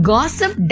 Gossip